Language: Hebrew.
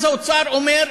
אז האוצר אומר: